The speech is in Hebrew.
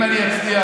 ואם אני אצליח,